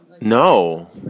no